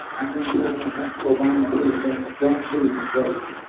i think president but obama put it best, don't boo, vote.